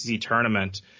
tournament